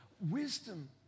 Wisdom